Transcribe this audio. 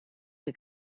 que